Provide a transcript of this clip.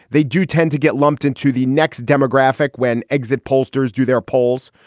they do tend to get lumped in to the next demographic when exit pollsters do their polls.